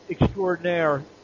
extraordinaire